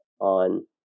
on